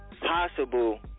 possible